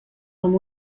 com